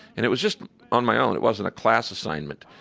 and it was just on my own. it wasn't a class assignment.